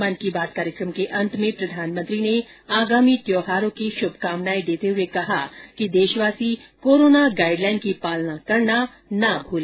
मन की बात कार्यक्रम के अंत में प्रधानमंत्री ने आगामी त्यौहारों की शुभकामनाएं देते हुए कहा कि देशवासी कोरोना गाईडलाईन की पालना करना ना भूले